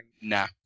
Nah